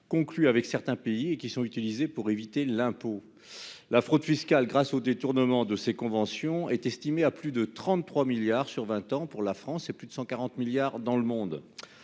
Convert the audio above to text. conclus avec certains pays et qui sont utilisés pour éviter l'impôt. La fraude fiscale grâce au détournement de ces conventions est estimé à plus de 33 milliards sur 20 ans pour la France et plus de 140 milliards dans le monde.